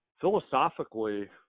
philosophically